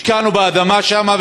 השקענו באדמה שם,